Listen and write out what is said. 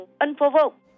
unprovoked